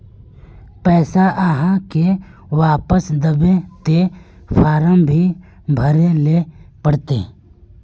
पैसा आहाँ के वापस दबे ते फारम भी भरें ले पड़ते?